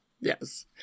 yes